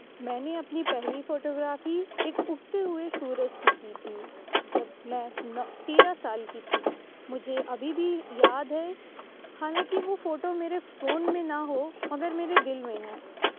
میں نے اپنی پہلی فوٹو گرافی ایک اگتے ہوئے سورج کی کی تھی جب میں نہ تیرہ سال کی تھی مجھے ابھی بھی یاد ہے حالانکہ وہ فوٹو میرے فون میں نہ ہو مگر میرے دل میں ہے